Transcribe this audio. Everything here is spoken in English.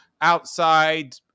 outside